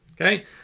Okay